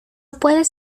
puedes